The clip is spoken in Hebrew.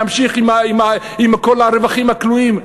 להמשיך עם כל הרווחים הכלואים,